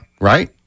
Right